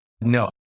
No